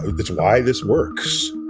it's why this works.